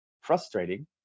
frustrating